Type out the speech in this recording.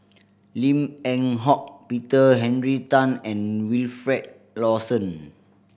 Lim Eng Hock Peter Henry Tan and Wilfed Lawson